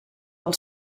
del